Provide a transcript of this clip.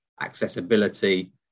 accessibility